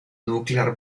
nuclear